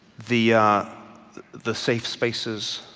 the the safe spaces,